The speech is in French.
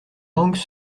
langues